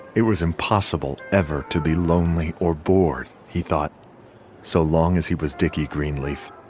it was impossible ever to be lonely or bored. he thought so long as he was dickie greenleaf